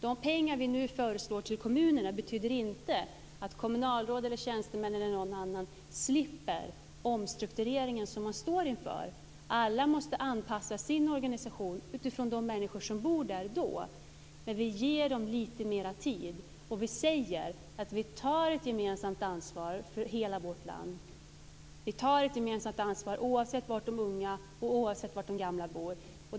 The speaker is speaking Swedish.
De pengar vi nu föreslår till kommunerna betyder inte att kommunalråd, tjänstemän eller någon annan slipper den omstrukturering som man står inför. Alla måste anpassa sin organisation efter de människor som bor där, men vi ger dem lite mer tid. Vi säger att vi tar ett gemensamt ansvar för hela vårt land. Vi tar ett gemensamt ansvar oavsett var de unga och de gamla bor.